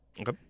Okay